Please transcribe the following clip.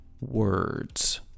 words